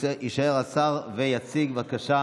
יישאר השר ויציג בבקשה